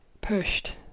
Pushed